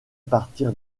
partir